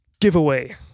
giveaway